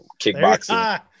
kickboxing